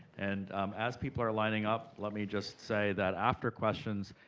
and as people are lining up, let me just say that, after questions,